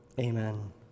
Amen